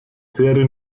serie